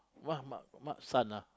!wah! m~ m~ son ah